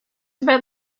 about